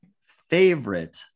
Favorite